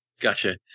Gotcha